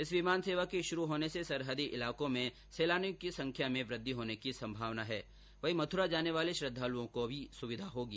इस विमान सेवा के शुरू होने से सरहदी इलाको में सैलानियों की संख्या में वृद्धि होने की संभावना है वहीं मथुरा जाने वाले श्रद्दालुओं को भी सुविघा होगी